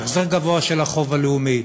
החזר גבוה של החוב הלאומי,